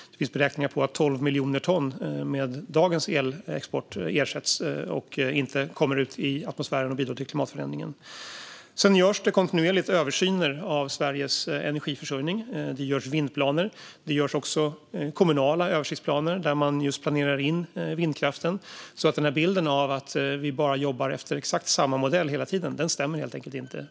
Det finns beräkningar som visar att 12 miljoner ton med dagens elexport ersätts och inte kommer ut i atmosfären och bidrar till klimatförändringen. Det görs kontinuerligt översyner av Sveriges energiförsörjning. Det görs vindplaner och kommunala översiktsplaner där vindkraften planeras in. Så bilden av att vi bara jobbar efter exakt samma modell hela tiden stämmer helt enkelt inte.